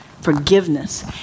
forgiveness